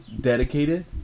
dedicated